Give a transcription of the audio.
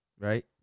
right